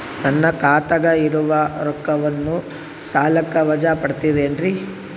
ನನ್ನ ಖಾತಗ ಇರುವ ರೊಕ್ಕವನ್ನು ಸಾಲಕ್ಕ ವಜಾ ಮಾಡ್ತಿರೆನ್ರಿ?